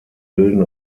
bilden